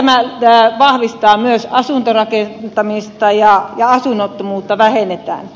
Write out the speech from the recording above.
tämä vahvistaa myös asuntorakentamista ja asunnottomuutta vähennetään